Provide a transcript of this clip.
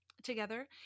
together